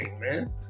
man